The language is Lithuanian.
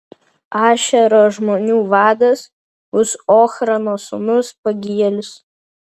ašero žmonių vadas bus ochrano sūnus pagielis